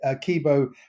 Kibo